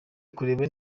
ukureba